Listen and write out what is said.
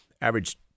average